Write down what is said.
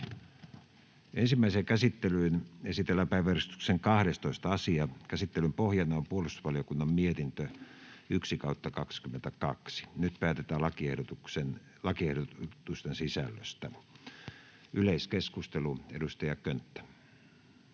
Ensimmäiseen käsittelyyn esitellään päiväjärjestyksen 12. asia. Käsittelyn pohjana on puolustusvaliokunnan mietintö PuVM 1/2022 vp. Nyt päätetään lakiehdotusten sisällöstä. — Yleiskeskustelu, edustaja Könttä.